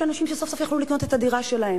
אנשים סוף-סוף היו יכולים לקנות את הדירה שלהם,